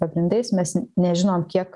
pagrindais mes nežinom kiek